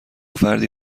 فردی